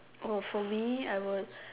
orh for me I would